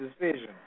decision